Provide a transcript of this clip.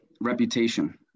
reputation